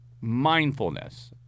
mindfulness